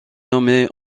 nommée